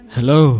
Hello